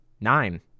Nine